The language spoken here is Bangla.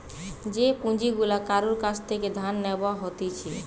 যে পুঁজি গুলা কারুর কাছ থেকে ধার নেব হতিছে